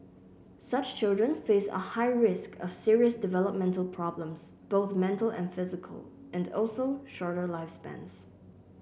such children face a high risk of serious developmental problems both mental and physical and also shorter lifespans